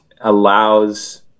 allows